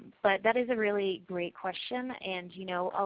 but that is really great question. and you know, ah